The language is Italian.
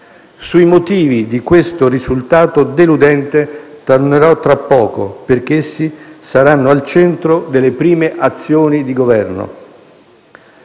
Sui motivi di questo risultato deludente tornerò tra poco, perché essi saranno al centro delle prime azioni di Governo.